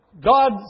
God